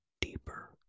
deeper